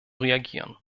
reagieren